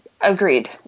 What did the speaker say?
Agreed